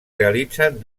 realitzen